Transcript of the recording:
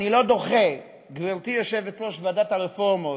אני לא דוחה, גברתי יושבת-ראש ועדת הרפורמות,